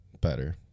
better